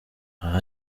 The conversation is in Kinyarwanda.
aha